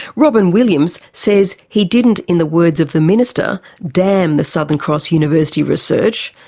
robyn williams says he didn't, in the words of the minister, damn the southern cross university research,